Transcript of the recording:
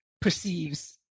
perceives